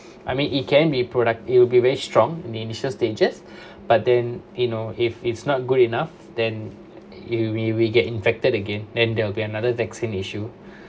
I mean it can be product it will be very strong in the initial stages but then you know if it's not good enough then you we we get infected again and there will be another vaccine issue